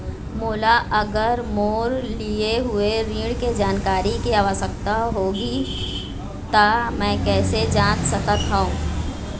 मोला अगर मोर लिए हुए ऋण के जानकारी के आवश्यकता होगी त मैं कैसे जांच सकत हव?